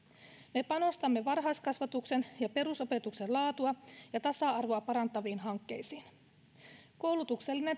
me panostamme varhaiskasvatuksen ja perusopetuksen laatua ja tasa arvoa parantaviin hankkeisiin koulutuksellinen